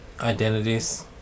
identities